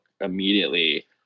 immediately